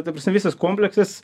ta prasme visas kompleksas